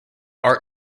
art